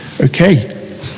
okay